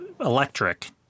electric